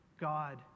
god